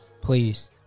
Please